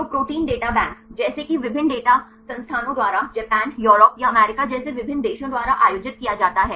तो protein data bank जैसे कि विभिन्न डेटा संस्थानों द्वारा जापान यूरोप या अमेरिका जैसे विभिन्न देशों द्वारा आयोजित किया जाता है